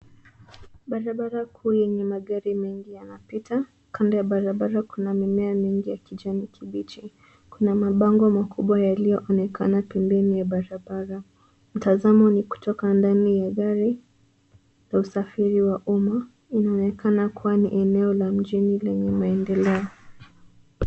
Barabara kuu yenye magari mengi yanapita. Kando ya barabara kuna mimea mingi ya kijani kibichi. Kuna mabango makubwa yaliyoonekana pembeni ya barabara. Mtazamo ni kutoka ndani ya gari la usafiri wa umma unaonekana kuwa ni eneo la mjini lenye maendeleo.